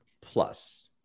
plus